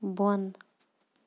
بۄن